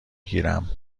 گیرم